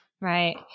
Right